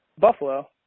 Buffalo